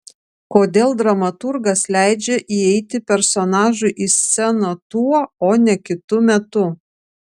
kodėl dramaturgas leidžia įeiti personažui į sceną tuo o ne kitu metu